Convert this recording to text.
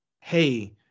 hey